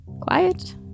quiet